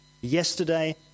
yesterday